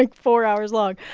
and four hours long.